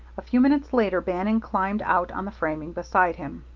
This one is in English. a few minutes later bannon climbed out on the framing beside him.